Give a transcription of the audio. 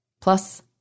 Plus